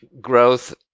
growth